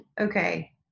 okay